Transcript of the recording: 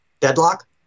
deadlock